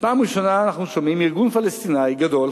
פעם ראשונה אנחנו שומעים ארגון פלסטיני גדול,